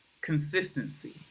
consistency